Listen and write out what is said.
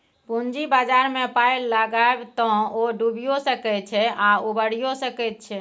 पूंजी बाजारमे पाय लगायब तए ओ डुबियो सकैत छै आ उबारियौ सकैत छै